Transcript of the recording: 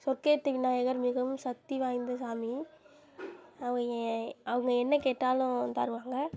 சொற்கேட்டு விநாயகர் மிகவும் சக்தி வாய்ந்த சாமி அவங்க ஏன் அவங்க என்ன கேட்டாலும் தருவாங்க